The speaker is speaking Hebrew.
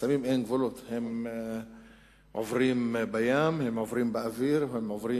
הם עוברים בים, הם עוברים באוויר, הם עוברים